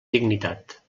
dignitat